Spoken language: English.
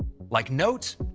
like notes,